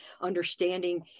understanding